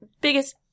biggest